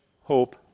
hope